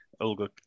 olga